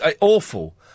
awful